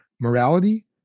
morality